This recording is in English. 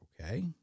Okay